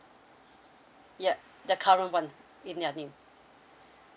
yup the current one in their name